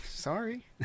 Sorry